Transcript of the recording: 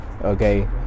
Okay